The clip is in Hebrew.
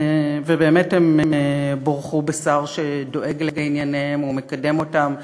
ובאמת הם בורכו בשר שדואג לענייניהם ומקדם אותם,